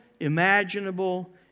imaginable